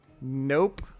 Nope